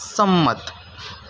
સંમત